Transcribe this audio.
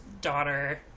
daughter